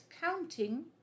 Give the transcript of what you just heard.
counting